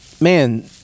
man